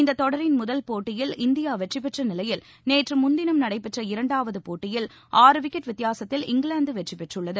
இந்தத் தொடரின் முதல் போட்டியில் இந்தியா வெற்றிபெற்ற நிலையில் நேற்று முன்தினம் நடைபெற்ற இரண்டாவது போட்டியில் ஆறு விக்கெட் வித்தியாசத்தில் இங்கிலாந்து வெற்றி பெற்றுள்ளது